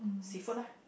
seafood lah